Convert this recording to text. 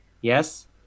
Yes